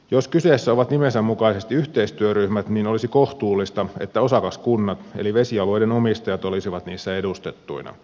jos kyseessä ovat nimensä mukaisesti yhteistyöryhmät olisi kohtuullista että osakaskunnat eli vesialueiden omistajat olisivat niissä edustettuina